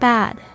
Bad